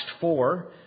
four